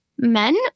Men